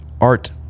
art